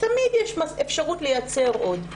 תמיד יש אפשרות לייצר עוד.